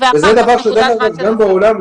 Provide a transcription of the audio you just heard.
זה לא מה שמצופה מאנשי משרד הבריאות.